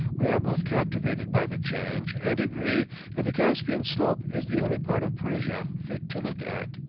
we are both captivated by the change, and agree that the caspian slope is the only part of persia fit to look at.